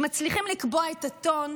שמצליחים לקבוע את הטון.